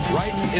right